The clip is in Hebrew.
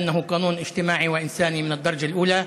משום שזה חוק חברתי ואנושי ממדרגה ראשונה,